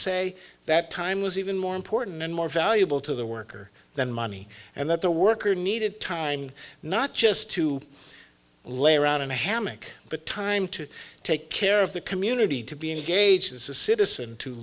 say that time was even more important and more valuable to the worker than money and that the worker needed time not just to lay around in a hammock but time to take care of the community to be engaged as a citizen to